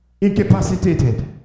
incapacitated